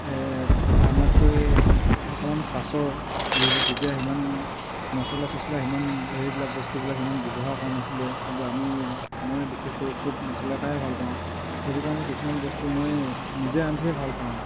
এই আমাতকৈ অকণমান পাছৰ যিহেতু তেতিয়া সিমান মচলা চচলা সিমান সেইবিলাক বস্তুবিলাক সিমান ব্যৱহাৰ কৰা নাছিলে কিন্তু আমি মই বিশেষকৈ খুব মচলা খায়ে ভাল পাওঁ সেইটো কাৰণে কিছুমান বস্তু মই নিজে ৰান্ধিয়ে ভাল পাওঁ